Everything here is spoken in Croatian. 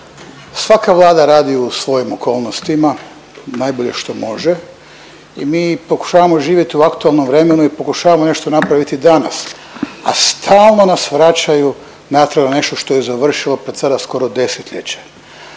Svaka vlada radi u svojim okolnostima najbolje što može i mi pokušavamo živjeti u aktualnom vremenu i pokušavamo nešto napraviti danas, a stalno nas vraćaju natrag na nešto što je završilo pa sada skoro desetljeće.